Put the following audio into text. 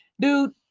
dude